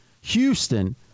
Houston